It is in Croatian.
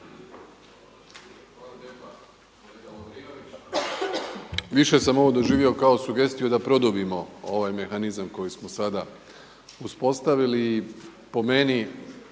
Više sam ovo doživio kao sugestiju da produbimo ovaj mehanizam koji smo sada uspostavili i po meni